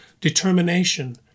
determination